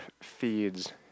feeds